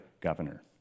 governor